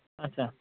اَچھا